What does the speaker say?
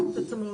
צריך את התמרור.